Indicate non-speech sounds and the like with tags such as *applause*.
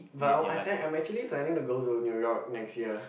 but *noise* I'm actually planning to go to New York next year